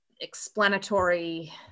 explanatory